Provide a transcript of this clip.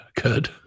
good